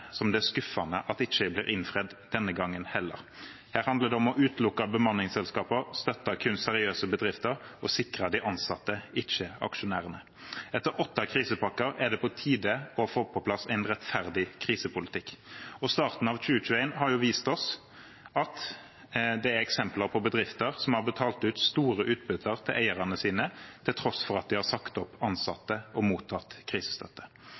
som det er skuffende ikke blir innfridd denne gangen heller. Det handler om å utelukke bemanningsselskaper, støtte kun seriøse bedrifter og sikre de ansatte, ikke aksjonærene. Etter åtte krisepakker er det på tide å få på plass en rettferdig krisepolitikk, og starten av 2021 har vist oss eksempler på bedrifter som har betalt ut store utbytter til eierne sine til tross for at de har sagt opp ansatte og mottatt krisestøtte.